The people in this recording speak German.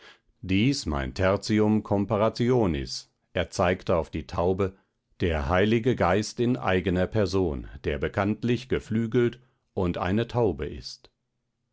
dies mein tertium comparationis er zeigte auf die taube der heilige geist in eigener person der bekanntlich geflügelt und eine taube ist